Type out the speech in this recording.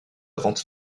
vente